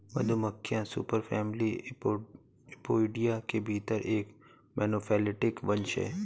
मधुमक्खियां superfamily Apoidea के भीतर एक मोनोफैलेटिक वंश हैं